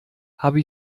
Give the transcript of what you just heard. habe